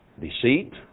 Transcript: Deceit